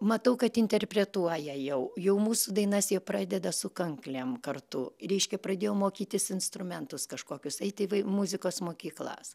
matau kad interpretuoja jau jau mūsų dainas jie pradeda su kanklėm kartu reiškia pradėjo mokytis instrumentus kažkokius eiti va muzikos mokyklas